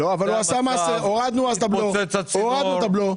התפוצץ הצינור.